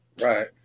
Right